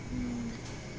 mm